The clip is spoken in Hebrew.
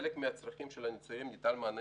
לחלק מהצרכים של הניצולים ניתן מענה